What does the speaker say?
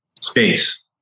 space